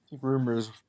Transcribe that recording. rumors